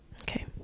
okay